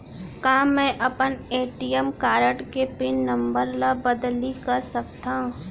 का मैं अपन ए.टी.एम कारड के पिन नम्बर ल बदली कर सकथव?